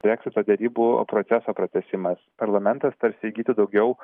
breksito derybų proceso pratęsimas parlamentas tarsi įgytų daugiau